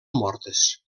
mortes